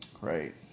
Right